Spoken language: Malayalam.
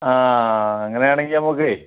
ആ അങ്ങനെയാണെങ്കിൽ നമുക്കേ